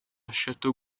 château